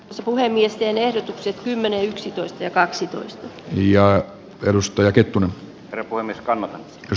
se puhemiesten ehdotukset kymmenen yksitoista ja kaksitoista ja jalustoja ketun voimiskalle j